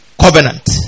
covenant